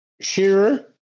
Shearer